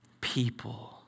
people